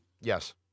Yes